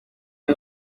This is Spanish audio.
que